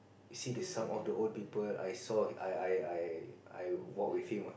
see the sum all the old people I saw I I I I walk with him ah